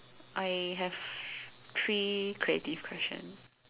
I have three creative question